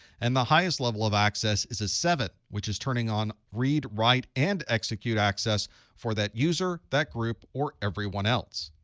and the highest level of access is a seven, which is turning on read, write, and execute access for that user, that group, or everyone else.